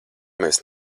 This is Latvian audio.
mēs